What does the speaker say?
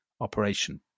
operation